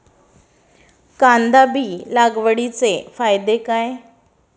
कांदा बी लागवडीचे फायदे काय?